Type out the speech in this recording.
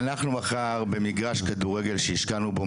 אנחנו מחר במגרש כדורגל שהשקענו בו